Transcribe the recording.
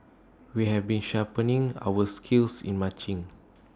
we've been sharpening our skills in marching